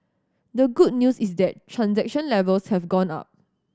the good news is that transaction levels have gone up